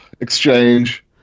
exchange